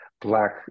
Black